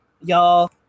y'all